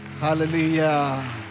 Hallelujah